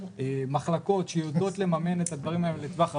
מחלקות שיודעות לממן את הדברים האלה לטווח ארוך,